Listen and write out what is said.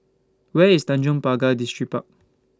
Where IS Tanjong Pagar Distripark